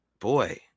boy